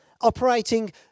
operating